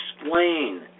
explain